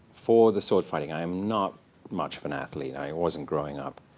for the sword fighting. i am not much of an athlete. i wasn't growing up.